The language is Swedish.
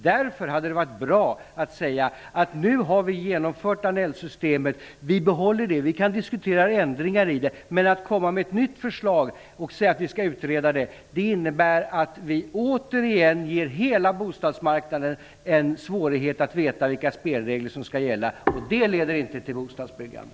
Därför hade det varit bra att säga att nu har vi infört Danellsystemet och behåller det. Vi kan diskutera ändringar i det, men att komma med ett nytt förslag och säga att vi skall utreda det betyder ju att vi återigen gör det svårt för hela bostadsmarknaden att veta vilka spelregler som skall gälla. Det leder inte till bostadsbyggande.